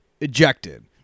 Ejected